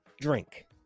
drink